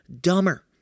dumber